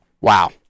Wow